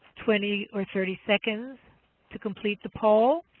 twenty or thirty seconds to complete the poll.